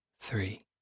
three